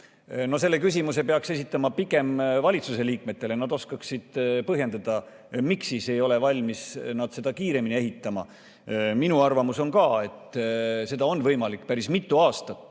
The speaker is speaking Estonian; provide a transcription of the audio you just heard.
Selle küsimuse peaks esitama pigem valitsuse liikmetele, nad oskaksid põhjendada, miks nad ei ole valmis seda kiiremini ehitama. Minu arvamus on, et seda on võimalik päris mitu aastat